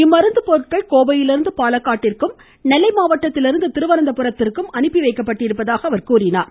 இம்மருந்து பொருட்கள் கோவையிலிருந்து பாலக்காட்டிற்கும் நெல்லை மாவட்டத்திலிருந்து திருவனந்தபுரத்திற்கும் அனுப்பி வைக்கப்பட்டுள்ளதாக கூறினார்